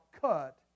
cut